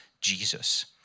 Jesus